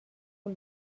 پول